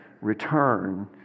Return